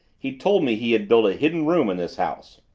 he told me he had built a hidden room in this house.